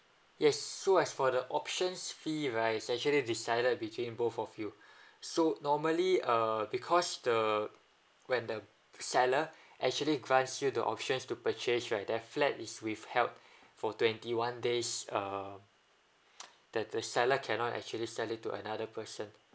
yes so as for the option fee right is actually decided between both of you so normally err because the when the seller actually grants you the option to purchase right their flat is withheld for twenty one days um that the seller cannot actually sell it to another person